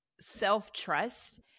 self-trust